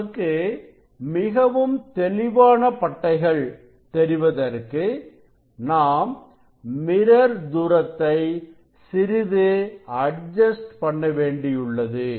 நமக்கு மிகவும் தெளிவான பட்டைகள் தெரிவதற்கு நாம் மிரர் தூரத்தை சிறிது அட்ஜஸ்ட் பண்ண வேண்டியுள்ளது